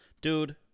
Dude